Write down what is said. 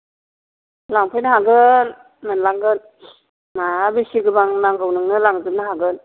लांफैनो हागोन मोनलांगोन मा बेसे गोबां नांगौ नोंनो लांजोबनो हागोन